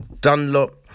Dunlop